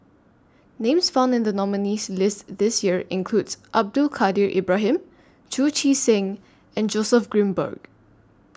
Names found in The nominees' list This Year include Abdul Kadir Ibrahim Chu Chee Seng and Joseph Grimberg